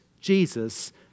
Jesus